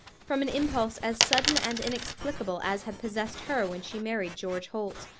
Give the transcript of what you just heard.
from an impulse as sudden and inexplicable as had possessed her when she married george holt.